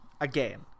again